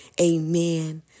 Amen